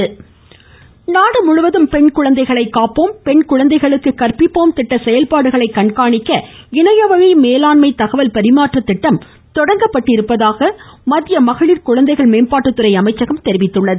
மமமமமம மகவிர்ட அமைச்சகம் நாடு முழுவதும் பெண் குழந்தைகளை காப்போம் பெண் குழந்தைகளுக்கு கற்பிப்போம் திட்ட செயல்பாடுகளை கண்காணிக்க இணையவழி மேலாண்மை தகவல் பரிமாற்ற திட்டம் தொடங்கப்பட்டுள்ளதாக மத்திய மகளிர் மற்றும் குழந்தைகள் மேம்பாட்டுத்துறை அமைச்சகம் தெரிவித்துள்ளது